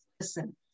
listen